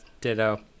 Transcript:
Ditto